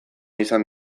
izan